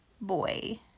boy